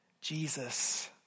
Jesus